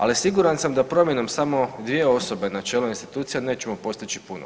Ali siguran sam da promjenom samo 2 osobe na čelu institucija nećemo postići puno.